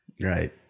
Right